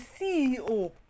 CEO